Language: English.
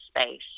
space